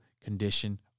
condition